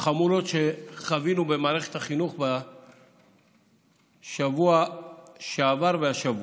חמורות שחווינו במערכת החינוך בשבוע שעבר והשבוע.